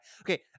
okay